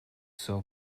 savu